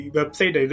website